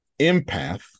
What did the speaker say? empath